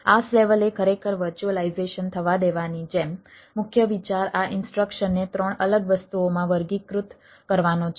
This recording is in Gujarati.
IaaS લેવલે ખરેખર વર્ચ્યુઅલાઈઝેશન થવા દેવાની જેમ મુખ્ય વિચાર આ ઇન્સ્ટ્રક્શનને 3 અલગ વસ્તુઓમાં વર્ગીકૃત કરવાનો છે